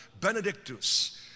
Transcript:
Benedictus